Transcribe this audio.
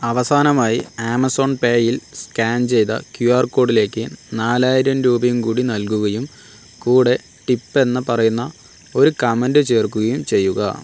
അവസാനമായി ആമസോൺ പേയിൽ സ്കാൻ ചെയ്ത ക്യു ആർ കോഡിലേക്ക് നാലായിരം രൂപയും കൂടി നൽകുകയും കൂടെ ടിപ്പ് എന്ന് പറയുന്ന ഒരു കമൻറ്റ് ചേർക്കുകയും ചെയ്യുക